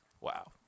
Wow